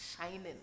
shining